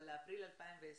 אבל באפריל 2020